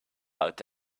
out